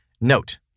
Note